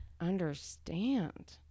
understand